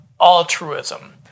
altruism